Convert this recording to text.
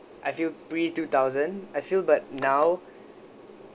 I feel pre two thousand I feel but now